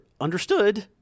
understood